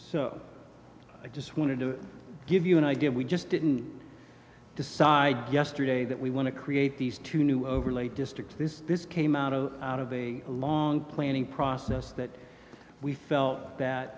so i just wanted to give you an idea we just didn't decide yesterday that we want to create these two new overlay district this this came out of out of a long planning process that we felt that